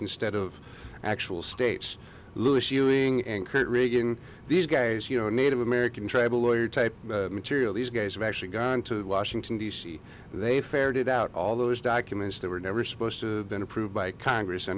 instead of actual states lewis ewing and kurt riggin these guys you know native american tribal lawyer type material these guys have actually gone to washington d c they fared it out all those documents that were never supposed to been approved by congress i